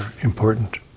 important